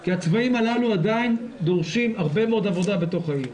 כי הצבעים הללו עדיין דורשים הרבה מאוד עבודה בתוך העיר.